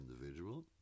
individual